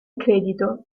credito